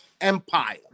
Empire